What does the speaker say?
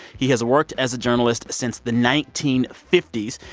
he has worked as a journalist since the nineteen fifty s.